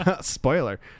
Spoiler